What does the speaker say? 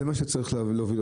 הלב.